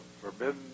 forbidden